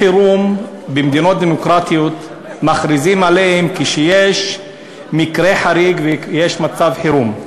במדינות דמוקרטיות על מצבי חירום מכריזים כשיש מקרה חריג ויש מצב חירום.